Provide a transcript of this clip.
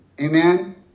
Amen